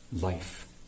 life